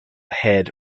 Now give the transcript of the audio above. head